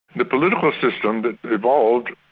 the political system that evolved,